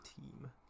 Team